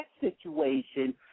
situation